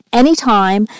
anytime